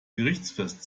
gerichtsfest